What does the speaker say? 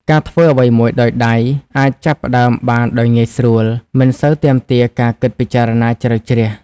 ការធ្វើអ្វីមួយដោយដៃ អាចចាប់ផ្ដើមបានដោយងាយស្រួល មិនសូវទាមទារការគិតពិចារណាជ្រៅជ្រះ។